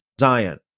Zion